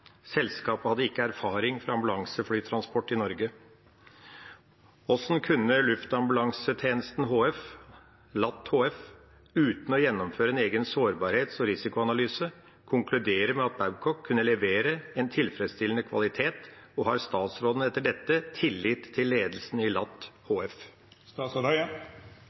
Selskapet hadde ikke erfaring fra ambulanseflytransport i Norge. Hvordan kunne Luftambulansetjenesten HF – LAT HF – uten å gjennomføre en egen sårbarhets- og risikoanalyse konkludere med at Babcock kunne levere en tilfredsstillende kvalitet, og har statsråden etter dette tillit til ledelsen i LAT HF?»